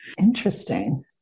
Interesting